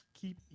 keep